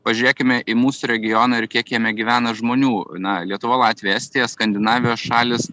pažiūrėkime į mūsų regioną ir kiek jame gyvena žmonių na lietuva latvija estija skandinavijos šalys